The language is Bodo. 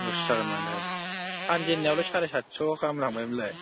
लस जागोन माथो फानजेननायावलाय साराय सादस' गाहाम थांबायमोनलाय